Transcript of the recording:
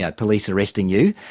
like police arresting you,